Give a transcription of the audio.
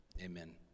Amen